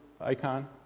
icon